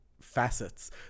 facets